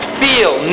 feel